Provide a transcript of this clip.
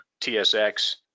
TSX